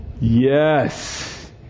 Yes